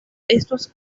estos